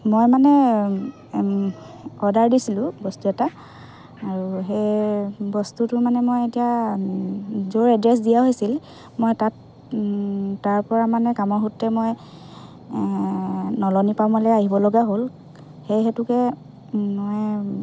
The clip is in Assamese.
মই মানে অৰ্ডাৰ দিছিলোঁ বস্তু এটা আৰু সেই বস্তুটো মানে মই মানে এতিয়া য'ৰ এড্ৰেছ দিয়া হৈছিল মই তাত তাৰপৰা মানে কামৰ সূত্ৰে মই নলনীপামলৈ আহিব লগা হ'ল সেই হেতুকে মই